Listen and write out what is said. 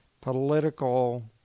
political